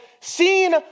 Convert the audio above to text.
seen